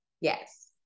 Yes